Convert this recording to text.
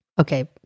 Okay